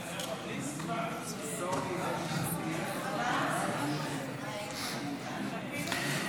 הצעת סיעת רע"מ להביע אי-אמון בממשלה לא נתקבלה.